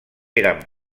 eren